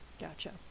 gotcha